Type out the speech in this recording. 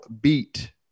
beat